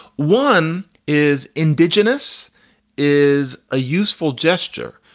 one is indigenous is a useful gesture,